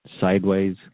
sideways